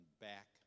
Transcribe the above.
back